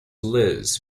liz